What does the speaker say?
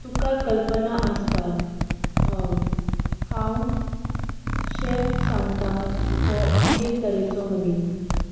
तुका कल्पना आसता आं हांव शेर्त सांगतां हो अमकेच तरेचो मनीस